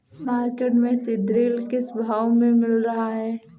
Market में सीद्रिल किस भाव में मिल रहा है?